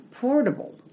portable